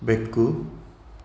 ಬೆಕ್ಕು